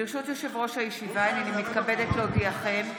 ברשות יושב-ראש הישיבה, הריני מתכבדת להודיעכם,